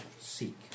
seek